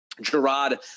Gerard